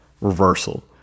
reversal